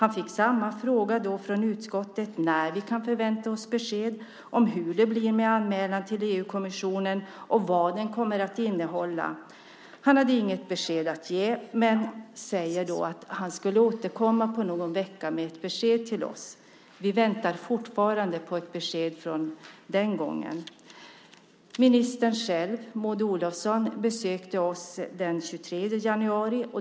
Han fick samma frågor från utskottet om när vi kan förvänta oss besked, hur det blir med anmälan till EU-kommissionen och vad den kommer att innehålla. Han hade inget besked att ge men sade att han skulle återkomma till oss inom någon vecka. Vi väntar fortfarande på ett besked. Maud Olofsson själv besökte oss den 23 januari.